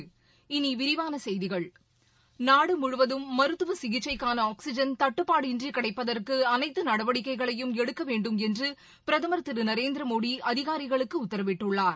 இனி விரிவான செய்திகள் நாடு முழுவதும் மருத்துவ சிகிச்சைக்கான ஆக்ஸிஜன் தட்டுப்பாடு இன்றி கிடைப்பதற்கு அனைத்து நடவடிக்கைகளையும் எடுக்க வேண்டும் என்று பிரதமர் திரு நரேந்திர மோடி அதிகாரிகளுக்கு உத்தரவிட்டுள்ளார்